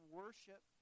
worship